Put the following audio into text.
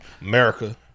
America